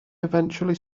eventually